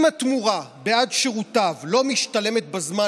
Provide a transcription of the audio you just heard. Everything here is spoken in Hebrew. אם התמורה בעד שירותיו לא משתלמת בזמן,